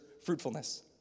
fruitfulness